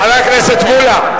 חבר הכנסת מולה,